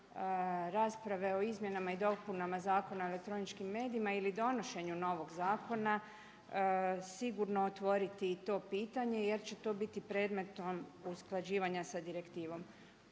rasprave o izmjenama i dopunama Zakon o elektroničkim medijima ili donošenju novog zakona sigurno otvoriti i to pitanje jer će to biti predmetom usklađivanja sa direktivom.